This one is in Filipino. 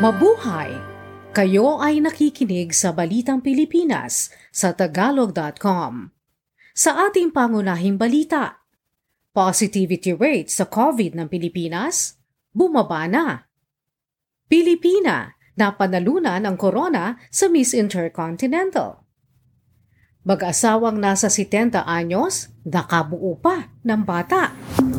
Mabuhay. Kayo ay nakikinig sa Balitang Pilipinas sa tagalog.com. Sa ating pangunahing balita, positivity rate sa COVID ng Pilipinas, bumaba na. Pilipina, napanalunan ang corona sa Miss Intercontinental. Mag-asawang nasa 70 anyos, nakabuo pa ng bata.